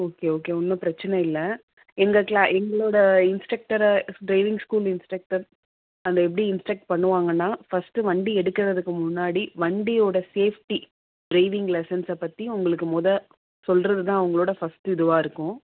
okay okay ஒன்றும் பிரச்சனை இல்லை எங்கள் க்ளா எங்களோடய இன்ஸ்டெக்டரை ட்ரைவிங் ஸ்கூல் இன்ஸ்டெக்டர் அவங்க எப்படி இன்ஸ்டெக்ட் பண்ணுவாங்கன்னால் ஃபஸ்ட்டு வண்டி எடுக்கிறதுக்கு முன்னாடி வண்டியோடய சேஃப்டி ட்ரைவிங் லெசன்ஸை பற்றி உங்களுக்கு மொதல் சொல்கிறதுதான் அவங்களோட ஃபஸ்ட்டு இதுவாக இருக்கும்